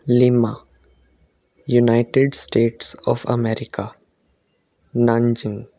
lima United States of America nanjing